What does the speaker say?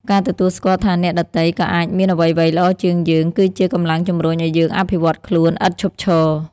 ការទទួលស្គាល់ថាអ្នកដទៃក៏អាចមានអ្វីៗល្អជាងយើង គឺជា កម្លាំងជំរុញឲ្យយើងអភិវឌ្ឍខ្លួន ឥតឈប់ឈរ។